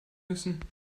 müssen